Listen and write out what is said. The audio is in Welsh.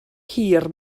hir